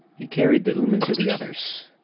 he carried the ooman to the others.